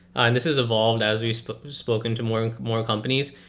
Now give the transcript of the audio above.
and this has evolved as a spoke spoke into more more companies.